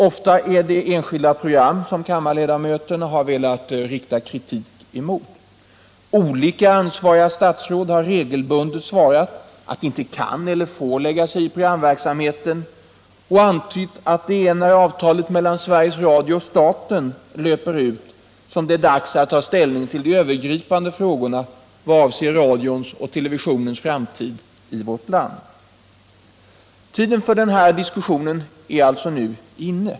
Ofta är det enskilda program som kammarledamöterna velat rikta kritik emot. Olika ansvariga statsråd har regelbundet svarat att de inte kan eller får lägga sig i programverksamheten och antytt att det är när avtalet mellan Sveriges Radio och staten löper ut som det är dags att ta ställning till de övergripande frågorna vad avser radions och televisionens framtid i vårt land. Tiden för denna diskussion är nu alltså inne.